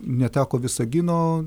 neteko visagino